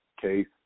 case